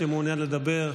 שמעוניין לדבר.